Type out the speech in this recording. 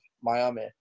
Miami